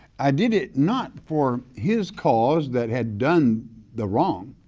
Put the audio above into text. i did it not for his cause that had done the wrong